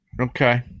Okay